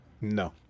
no